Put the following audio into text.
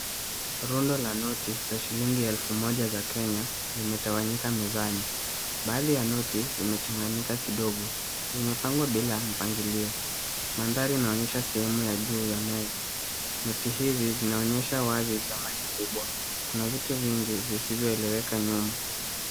Rundo la noti la shilingi elfu moja za Kenya, limetawanyika mezani. Baadhi ya noti, zimechanganyika kidogo. Zimepangwa bila mpangilio. Mandhari inaonyesha sehemu ya juu ya meza. Noti hizi zinaonyesha wazi thamani kubwa. Kuna vitu vingi visivyoeleweka nyuma.